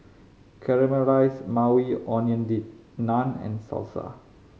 Caramelized Maui Onion Dip Naan and Salsa